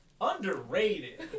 Underrated